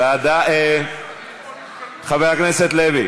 ועדה חבר הכנסת לוי,